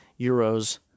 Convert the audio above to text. euros